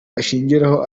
ashingiraho